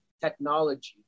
technology